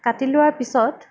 কাটি লোৱাৰ পিছত